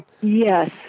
Yes